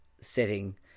setting